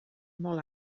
molt